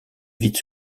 vite